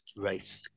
right